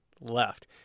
left